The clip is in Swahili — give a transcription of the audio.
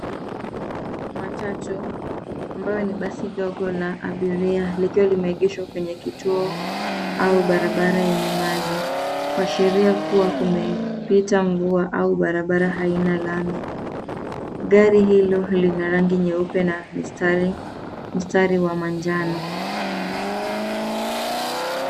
Matatu ambayo ni basi ndogo la abiria likiwa limeegeshwa kwenye kituo au barabara yenye maji; kuashiria kuwa kumepita mvua au barabara haina lami. Gari hilo lina rangi nyeupe na mstari wa manjano.